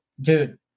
dude